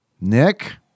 Nick